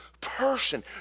person